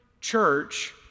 church